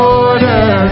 order